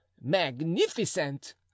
magnificent